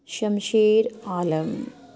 شمشیر عالم